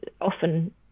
often